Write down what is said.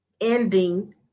ending